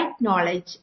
knowledge